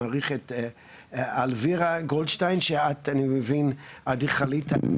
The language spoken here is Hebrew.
אלבירה גולדשטיין, את, אני מבין אדריכלית.